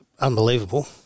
unbelievable